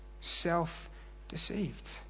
Self-deceived